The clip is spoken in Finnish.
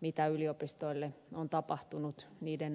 mitä yliopistoille on tapahtunut niiden olemassaolon aikana